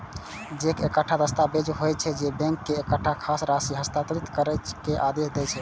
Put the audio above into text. cheque एकटा दस्तावेज होइ छै, जे बैंक के एकटा खास राशि हस्तांतरित करै के आदेश दै छै